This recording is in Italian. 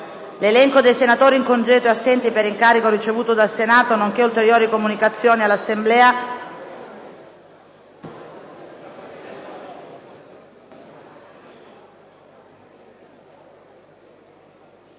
L'elenco dei senatori in congedo e assenti per incarico ricevuto dal Senato, nonché ulteriori comunicazioni all'Assemblea